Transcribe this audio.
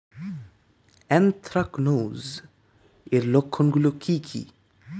Anthracnose এর লক্ষণ গুলো কি কি?